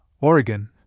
Oregon